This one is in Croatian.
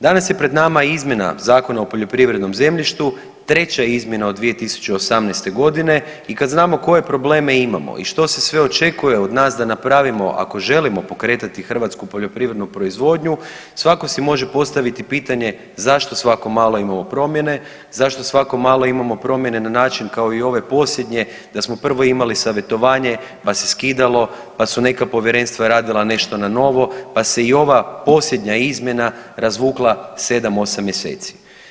Danas je pred nama izmjena Zakona o poljoprivrednom zemljištu, treća izmjena od 2018.g. i kad znamo koje probleme imamo i što se sve očekuje od nas da napravimo ako želimo pokretati hrvatsku poljoprivrednu proizvodnju svatko si može postaviti pitanje zašto svako malo imamo promjene, zašto svako malo imamo promjene na način kao i ove posljednje da smo prvo imali savjetovanje, pa se skidalo, pa su neka povjerenstva radila nešto na novo, pa se i ova posljednja izmjena razvukla 7-8. mjeseci.